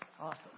Awesome